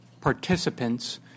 participants